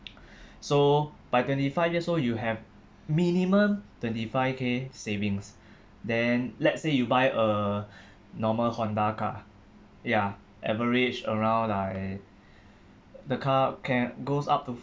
so by twenty five years old you have minimum twenty five K savings then let's say you buy a normal honda car ya average around like the car can goes up to